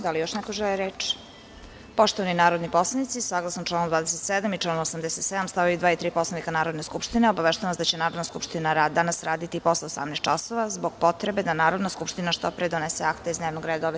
Da li još neko želi reč? (Ne.) Poštovani narodni poslanici, saglasno članu 27. i članu 87. stav 2. i 3. Poslovnika Narodne skupštine, obaveštavam vas da će Narodna skupština danas raditi i posle 18,00 časova zbog potrebe da Narodna skupština što pre donese akte iz dnevnog reda ove sednice.